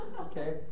Okay